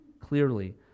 clearly